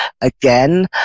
Again